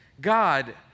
God